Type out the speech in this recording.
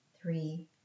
three